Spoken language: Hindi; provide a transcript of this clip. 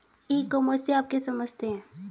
ई कॉमर्स से आप क्या समझते हैं?